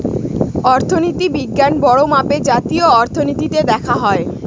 অর্থনীতি বিজ্ঞান বড়ো মাপে জাতীয় অর্থনীতিতে দেখা হয়